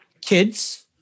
Kids